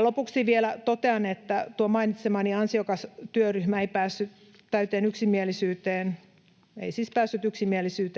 lopuksi vielä totean, että tuo mainitsemani ansiokas työryhmä ei päässyt täyteen yksimielisyyteen